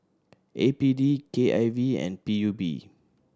A P D K I V and P U B